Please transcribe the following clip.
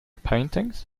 paintings